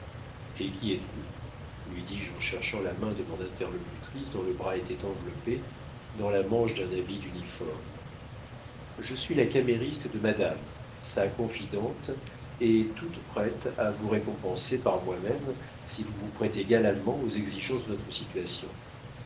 et qui êtes-vous lui dis-je en cherchant la main de mon interlocutrice dont le bras était enveloppé dans la manche d'un habit d'uniforme je suis la camériste de madame sa confidente et toute prête à vous récompenser par moi-même si vous vous prêtez galamment aux exigences de notre situation